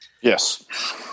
yes